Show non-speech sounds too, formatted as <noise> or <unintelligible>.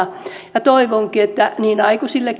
ja toivonkin että niin aikuisille <unintelligible>